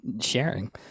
sharing